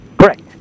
Correct